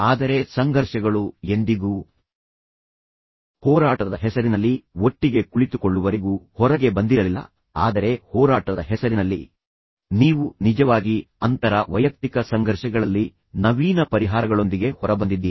ಆದರೆ ಸಂಘರ್ಷಗಳು ಎಂದಿಗೂ ಹೋರಾಟದ ಹೆಸರಿನಲ್ಲಿ ಒಟ್ಟಿಗೆ ಕುಳಿತುಕೊಳ್ಳುವರೆಗೂ ಹೊರಗೆ ಬಂದಿರಲಿಲ್ಲ ಆದರೆ ಹೋರಾಟದ ಹೆಸರಿನಲ್ಲಿ ನೀವು ನಿಜವಾಗಿ ಅಂತರ ವೈಯಕ್ತಿಕ ಸಂಘರ್ಷಗಳಲ್ಲಿ ಹೊಸ ನವೀನ ಪರಿಹಾರಗಳೊಂದಿಗೆ ಹೊರಬಂದಿದ್ದೀರಿ